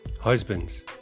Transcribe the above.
Husbands